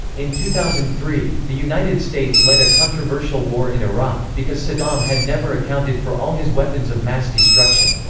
in two thousand and three, the united states led a controversial war in iraq, because saddam had never accounted for all his weapons of mass destruction.